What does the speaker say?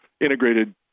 integrated